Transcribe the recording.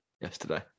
yesterday